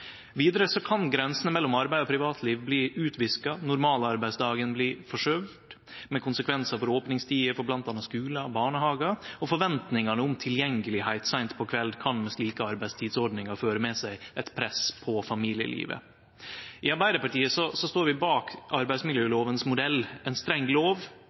kan grensene mellom arbeid og privatliv bli utviska. Normalarbeidsdagen blir skyvd på, med konsekvensar for opningstider for bl.a. skular og barnehagar, og forventningane om tilgjengelegheit seint på kveld kan med slike arbeidstidsordningar føre med seg eit press på familielivet. I Arbeidarpartiet står vi bak arbeidsmiljølovens modell, ein streng lov